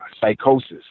psychosis